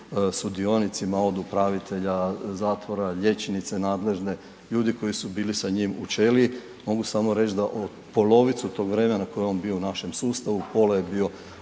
sudionicima od upravitelja zatvora, liječnice nadležne, ljudi koji su bili sa njim u ćeliji, mogu samo reći da polovicu tog vremena koji je on bio u našem sustavu, pola je bio